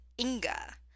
Inga